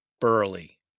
Burley